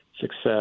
success